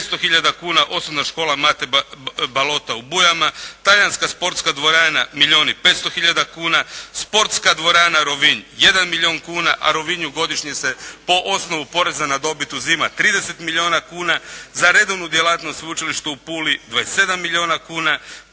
hiljada kuna Osnovna škola “Mate Balota“ u Bujama. Talijanska sportska dvorana milijun i 500 hiljada kuna. Sportska dvorana “Rovinj“ 1 milijun kuna, a Rovinju godišnje se po osnovu poreza na dobit uzima 30 milijuna kuna. Za redovnu djelatnost Sveučilište u Puli 27 milijuna kuna,